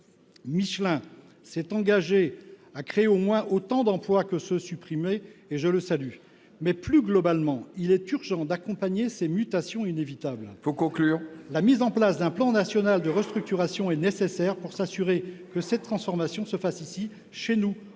Michelin s’est engagé à créer au moins autant d’emplois que ceux qui seront supprimés. Je le salue. Mais, plus globalement, il est urgent d’accompagner ces mutations inévitables. Il faut conclure ! La mise en place d’un plan national de restructuration est nécessaire pour s’assurer que la transformation se fasse chez nous,